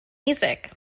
music